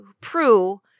prue